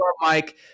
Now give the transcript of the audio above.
Mike